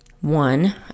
One